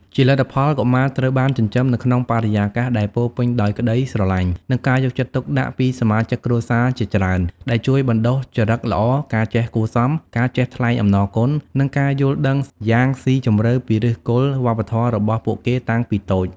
ជាលទ្ធផល កុមារត្រូវបានចិញ្ចឹមនៅក្នុងបរិយាកាសដែលពោរពេញដោយក្ដីស្រឡាញ់ និងការយកចិត្តទុកដាក់ពីសមាជិកគ្រួសារជាច្រើន ដែលជួយបណ្ដុះចរិតល្អ ការចេះគួរសម ការចេះថ្លែងអំណរគុណ និងការយល់ដឹងយ៉ាងស៊ីជម្រៅពីឫសគល់វប្បធម៌របស់ពួកគេតាំងពីតូច។